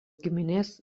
giminės